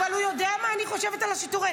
אבל הוא יודע מה אני חושבת על השיטור.